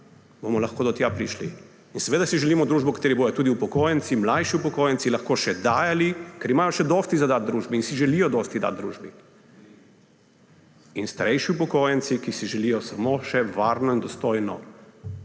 bomo lahko do tja prišli. In seveda si želimo družbo, v kateri bodo tudi upokojenci, mlajši upokojenci lahko še dajali, ker imajo še dosti dati družbi in si želijo dosti dati družbi, in bodo starejši upokojenci, ki si želijo samo še varno in dostojno